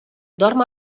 dorm